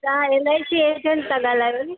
तव्हां L I C agent था ॻाल्हायो न